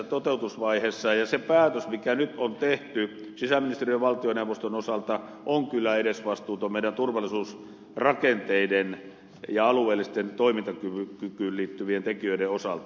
ja se päätös mikä nyt on tehty sisäministeriön ja valtioneuvoston osalta on kyllä edesvastuuton meidän turvallisuusrakenteidemme ja alueelliseen toimintakykyyn liittyvien tekijöiden osalta